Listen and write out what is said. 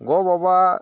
ᱜᱚ ᱵᱟᱵᱟ